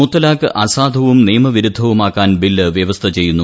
മുത്തലാഖ് അസാധുവും നിയമവിരുദ്ധവുമാക്കാൻ ബിൽ വ്യവസ്ഥ ചെയ്യുന്നു